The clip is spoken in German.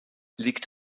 liegt